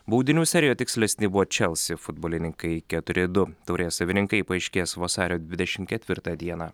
baudinių serijoje tikslesni buvo čelsi futbolininkai keturi du taurės savininkai paaiškės vasario dvidešimt ketvirtą dieną